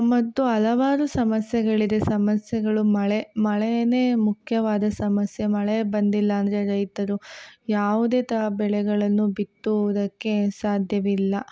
ಮತ್ತು ಹಲವಾರು ಸಮಸ್ಯೆಗಳಿದೆ ಸಮಸ್ಯೆಗಳು ಮಳೆ ಮಳೆಯೇ ಮುಖ್ಯವಾದ ಸಮಸ್ಯೆ ಮಳೆ ಬಂದಿಲ್ಲ ಅಂದರೆ ರೈತರು ಯಾವುದೇ ತಾ ಬೆಳೆಗಳನ್ನು ಬಿತ್ತುವುದಕ್ಕೆ ಸಾಧ್ಯವಿಲ್ಲ